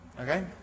Okay